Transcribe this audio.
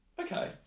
Okay